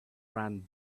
ran